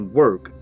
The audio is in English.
work